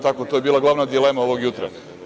To je bila glavna dilema ovog jutra.